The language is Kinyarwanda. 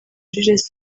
jules